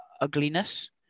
ugliness